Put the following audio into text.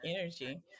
energy